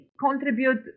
contribute